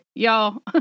Y'all